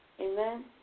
Amen